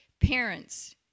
Parents